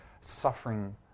suffering